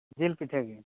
ᱡᱤᱞ ᱯᱤᱴᱷᱟᱹ ᱜᱮ